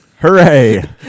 hooray